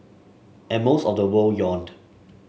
and most of the world yawned